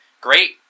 great